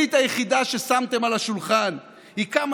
התוכנית היחידה ששמתם על השולחן היא כמה